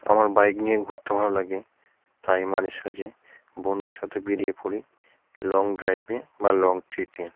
আমার বাইক নিয়ে ঘুরতে ভালো লাগে তাই মাঝেসাঝে বন্ধুর সাথে বেরিয়ে পড়ি লং ড্রাইভে বা লং ট্রিটে